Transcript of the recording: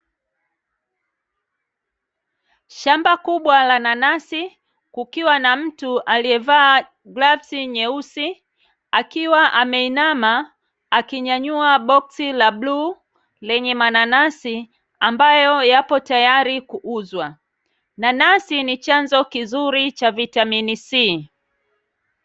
Shamba kubwa la nanasi kukiwa na mtu aliyevaa glavzi nyeusi akiwa ameinama akinyanyua boksi la bluu lenye mananasi, ambayo yapo tayari kuuzwa. Nanasi ni chanzo kizuri cha vitamini C.